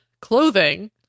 clothing